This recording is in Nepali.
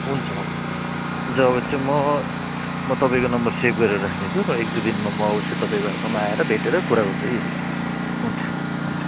हुन्छ जग्गा चाहिँ म म तपाईँको नम्बर सेभ गरेर राख्नेछु र एक दुई दिनमा म अवश्य तपाईँ भएकोमा आएर भेटेर कुरा गर्छु यो विषयमा हुन्छ हुन्छ